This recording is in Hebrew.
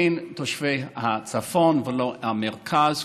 אין תושבי הצפון ולא המרכז,